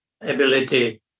ability